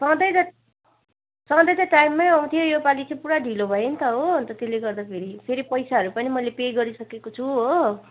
सधैँ त सधैँ त टाइममै आउँथ्यो यो पाली चाहिँ पुरा ढिलो भयो नि त हो अन्त त्यसले गर्दाखेरि फेरि पैसाहरू पनि मैले पे गरिसकेको छु हो